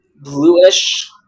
bluish